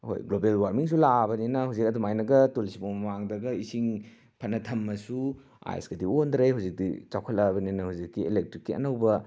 ꯍꯣꯏ ꯒ꯭ꯂꯣꯕꯦꯜ ꯋꯥꯔꯃꯤꯡꯁꯨ ꯂꯥꯛꯑꯕꯅꯤꯅ ꯍꯧꯖꯤꯛ ꯑꯗꯨꯃꯥꯏꯅꯒ ꯇꯨꯜꯁꯤꯕꯣꯡ ꯃꯃꯥꯡꯗꯒ ꯏꯁꯤꯡ ꯐꯅ ꯊꯝꯃꯁꯨ ꯑꯥꯏꯁꯀꯗꯤ ꯑꯣꯟꯗ꯭ꯔꯦ ꯍꯧꯖꯤꯛꯇꯤ ꯆꯥꯎꯈꯠꯂꯛꯑꯕꯅꯤꯅ ꯍꯧꯖꯤꯛꯀꯤ ꯏꯂꯦꯛꯇ꯭ꯔꯤꯛꯀꯤ ꯑꯅꯧꯕ